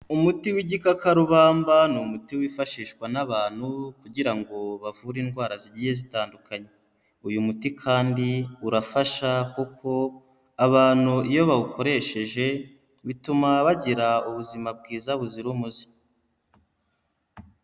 Umuti w'igikakarubamba n'umuti wifashishwa n'abantu kugira ngo bavure indwara zigiye zitandukanye uyu muti kandi urafasha kuko abantu iyo bawukoresheje bituma bagira ubuzima bwiza buzira umuze.